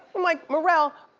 i'm like, maurelle,